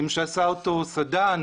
שעשה אותו סדן,